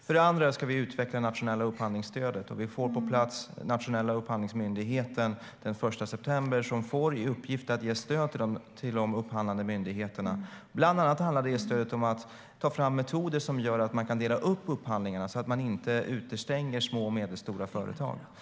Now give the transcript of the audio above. För det andra ska det nationella upphandlingsstödet utvecklas. Den nationella upphandlingsmyndigheten kommer på plats den 1 september, och den ska få i uppgift att ge stöd till de upphandlande myndigheterna. Bland annat handlar det stödet om att ta fram metoder som gör att det går att dela upp upphandlingarna så att inte små och medelstora företag utestängs.